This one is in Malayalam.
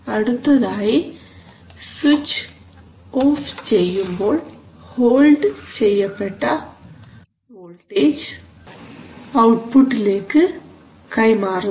അടുത്തതായി സ്വിച്ച് ഓഫ് ചെയ്യുമ്പോൾ ഹോൾഡ് ചെയ്യപ്പെട്ട വോൾട്ടേജ് ഔട്ട്പുട്ടിലേക്ക് കൈമാറുന്നു